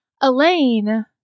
Elaine